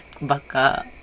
baka